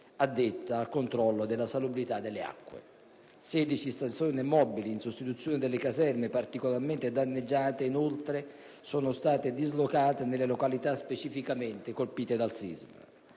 addetta al controllo della salubrità delle acque); 16 stazioni mobili in sostituzione delle caserme particolarmente danneggiate, che sono state dislocate nelle località specificatamente colpite dal sisma;